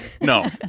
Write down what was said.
no